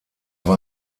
war